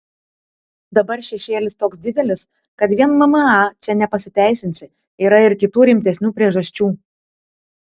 dabar šešėlis toks didelis kad vien mma čia nepasiteisinsi yra ir kitų rimtesnių priežasčių